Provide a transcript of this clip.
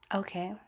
okay